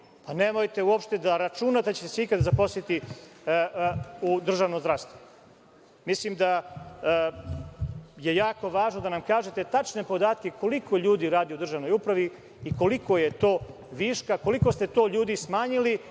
Nemojte uopšte da računate da ćete se ikada zaposliti u državnom zdravstvu. Mislim da je jako važno da nam kažete tačne podatke koliko ljudi radi u državnoj upravi i koliko je to viška, koliko ste to ljudi smanjili,